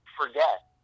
forget